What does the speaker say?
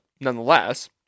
nonetheless